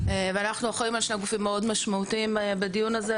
ואנחנו אחראים על שני גופים מאוד משמעותיים בדיון הזה,